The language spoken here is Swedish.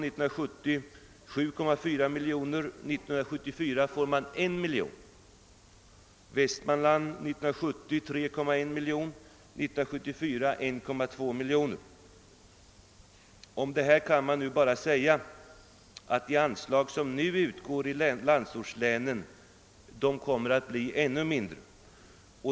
Situationen i de olika länen blir då denna: Om detta kan man bara säga att de anslag som nu utgår i landsortslänen kommer att bli ännu mindre.